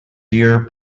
deer